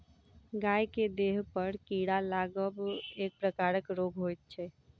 गाय के देहपर कीड़ा लागब एक प्रकारक रोग होइत छै